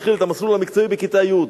המסלול המקצועי מתחיל בכיתה י'